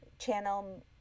channel